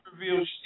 reveal